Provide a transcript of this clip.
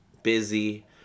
busy